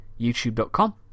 YouTube.com